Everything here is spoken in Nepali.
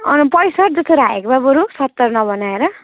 अन्त पैँसट्ठी जस्तो राखेको भए बरु सत्तर नबनाएर